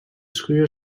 schuur